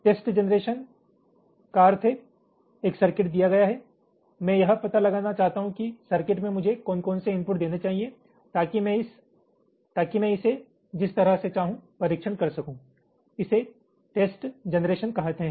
test generation का अर्थ है एक सर्किट दिया गया हैं मैं यह पता लगाना चाहता हूं कि सर्किट में मुझे कौन कौन से इनपुट देने चाहिए ताकि मैं इसे जिस तरह से चाहूं परीक्षण कर सकू इसे टेस्ट जनरेशन कहते हैं